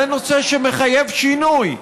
זה נושא שמחייב שינוי.